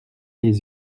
les